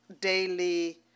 daily